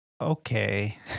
Okay